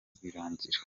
rwirangira